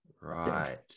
right